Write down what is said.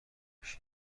پیش